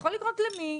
יכול לקרות למי,